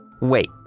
Wait